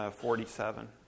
forty-seven